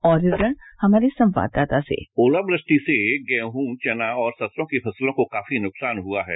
और विक्रण हमारे संवाददाता से ओलावृष्टि से गेहूं चना और सरसों की फसलों को काफी नुकसान हुआ है